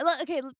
Okay